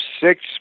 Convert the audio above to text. six